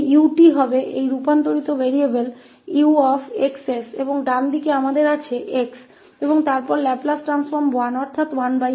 और यह 𝑈 यह रूपांतरित चर 𝑈𝑥 𝑠 होगा और दाईं ओर हमारे पास 𝑥 है और फिर 1 का लाप्लास रूपांतर है जो 1s है